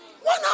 One